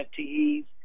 FTEs